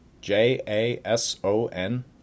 j-a-s-o-n